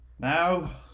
Now